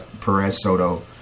Perez-Soto